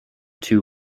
two